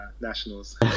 nationals